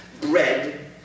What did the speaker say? bread